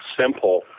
simple